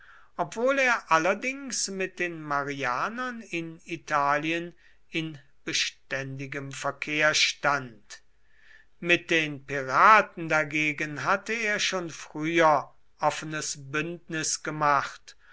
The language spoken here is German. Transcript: obwohl er allerdings mit den marianern in italien in beständigem verkehr stand mit den piraten dagegen hatte er schon früher offenes bündnis gemacht